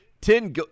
Ten